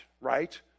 right